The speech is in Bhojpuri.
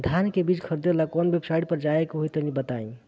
धान का बीज खरीदे ला काउन वेबसाइट पर जाए के होई तनि बताई?